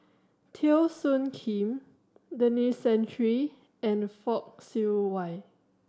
Teo Soon Kim Denis Santry and Fock Siew Wah